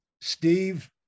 Steve